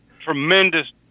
tremendous